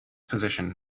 position